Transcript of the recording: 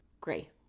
gray